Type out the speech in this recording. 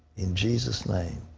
in jesus' name.